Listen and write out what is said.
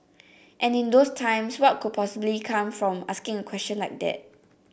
and in those times what could possibly come from asking a question like that